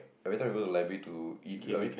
every time we go to the library to eat I mean